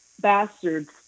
bastards